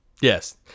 Yes